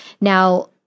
now